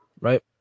right